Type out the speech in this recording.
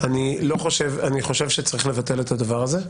אני חושב שצריך לבטל את זה.